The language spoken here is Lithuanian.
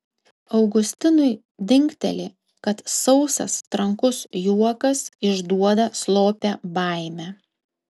augustinui dingteli kad sausas trankus juokas išduoda slopią baimę